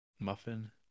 Muffin